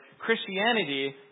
Christianity